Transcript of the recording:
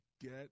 get